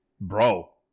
Bro